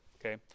okay